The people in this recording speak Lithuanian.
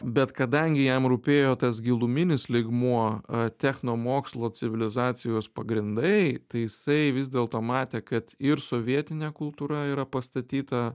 bet kadangi jam rūpėjo tas giluminis lygmuo technomokslo civilizacijos pagrindai tai jisai vis dėlto matė kad ir sovietinė kultūra yra pastatyta